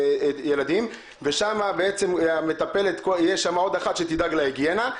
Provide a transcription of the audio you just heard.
ילדים, ושם בעצם תהיה עוד אחת שתדאג להיגיינה.